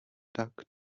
tak